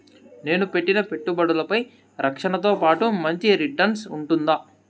నేను పెట్టిన పెట్టుబడులపై రక్షణతో పాటు మంచి రిటర్న్స్ ఉంటుందా?